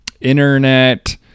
internet